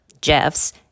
Jeff's